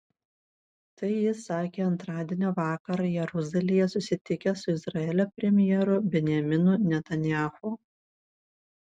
tai jis sakė antradienio vakarą jeruzalėje susitikęs su izraelio premjeru benjaminu netanyahu